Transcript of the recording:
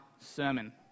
sermon